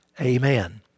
Amen